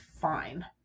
fine